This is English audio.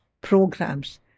programs